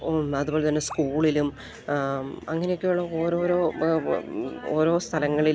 അതു പോലെ തന്നെ സ്കൂളിലും അങ്ങനെയൊക്കെയുള്ള ഓരോരോ ഓരോ സ്ഥലങ്ങളിലും